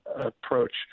approach